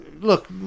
look